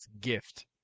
gift